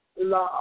love